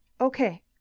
Okay